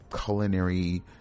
culinary